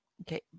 Okay